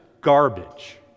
Garbage